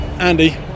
Andy